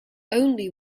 only